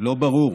לא ברור.